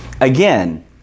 Again